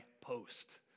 post